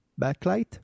backlight